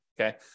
okay